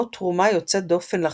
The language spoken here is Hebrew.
או תרומה יוצאת דופן לחברה.